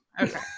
Okay